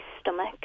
stomach